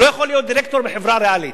לא יכול להיות דירקטור בחברה ריאלית.